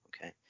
okay